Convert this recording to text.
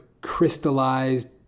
crystallized